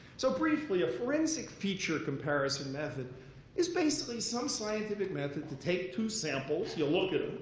so briefly, a forensic feature comparison method is basically some scientific method to take two samples, you look at